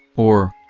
or,